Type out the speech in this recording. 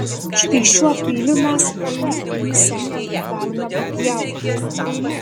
štai šiuo peiliu mes tave seni galime papjauti